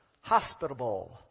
hospitable